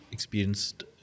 experienced